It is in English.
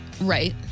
Right